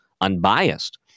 unbiased